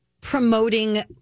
promoting